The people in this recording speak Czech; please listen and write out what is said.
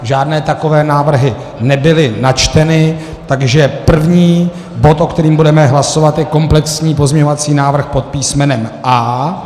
Žádné takové návrhy nebyly načteny, takže první bod, o kterém budeme hlasovat, je komplexní pozměňovací návrh pod písmenem A.